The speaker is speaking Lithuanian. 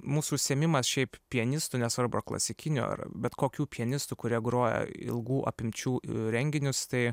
mūsų užsiėmimas šiaip pianistų nesvarbu ar klasikinių ar bet kokių pianistų kurie groja ilgų apimčių renginius tai